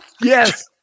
Yes